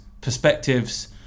perspectives